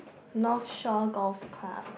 North Shore Golf Club